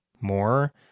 more